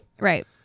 Right